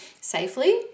safely